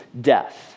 death